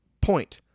point